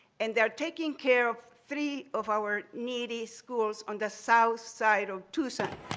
and they are taking care of three of our needy schools on the south side of tucson.